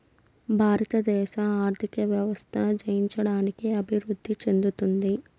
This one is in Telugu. భారతదేశ ఆర్థిక వ్యవస్థ జయించడానికి అభివృద్ధి చెందుతోంది